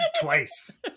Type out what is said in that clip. twice